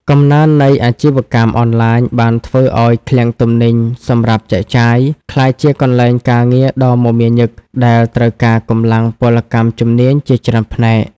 កំណើននៃអាជីវកម្មអនឡាញបានធ្វើឱ្យឃ្លាំងទំនិញសម្រាប់ចែកចាយ ក្លាយជាកន្លែងការងារដ៏មមាញឹកដែលត្រូវការកម្លាំងពលកម្មជំនាញជាច្រើនផ្នែក។